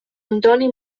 antoni